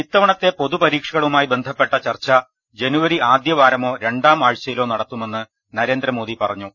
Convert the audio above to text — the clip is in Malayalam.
ഇത്തവണത്തെ പൊതുപരീക്ഷകളുമായി ബന്ധപ്പെട്ട ചർച്ച ജനു വരി ആദ്യവാരമോ രണ്ടാം ആഴ്ചയിലോ നടത്തുമെന്ന് നരേന്ദ്ര മോദി പറഞ്ഞു